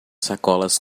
sacolas